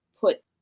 put